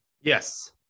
Yes